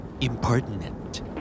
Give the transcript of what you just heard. Impertinent